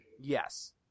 Yes